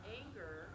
anger